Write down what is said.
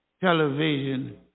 television